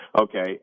Okay